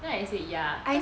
then I said ya